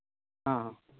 ᱦᱮᱸ ᱦᱮᱸ